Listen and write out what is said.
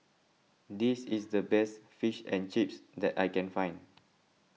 this is the best Fish and Chips that I can find